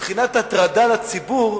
מבחינת הטרדה לציבור,